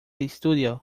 estudio